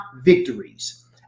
victories